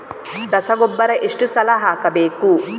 ರಸಗೊಬ್ಬರ ಎಷ್ಟು ಸಲ ಹಾಕಬೇಕು?